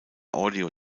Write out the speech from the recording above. audio